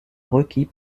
requis